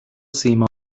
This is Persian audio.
سیما